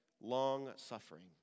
long-suffering